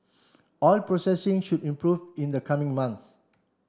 oil processing should improve in the coming months